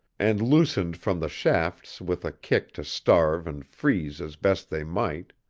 and loosened from the shafts with a kick to starve and freeze as best they might